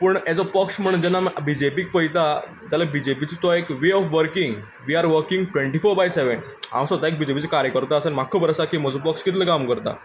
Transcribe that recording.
पूण as a पक्ष म्हणून आमी जेन्ना बीजेपीक पयता जाल्यार बीजेपीचो तो एक way of working we are working twenty four by seven हांव स्वता एक बीजेपीचो कार्यकर्तो आसा आनी म्हाका खबर आसा म्हजो पक्ष कितलें काम करता